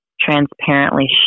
transparently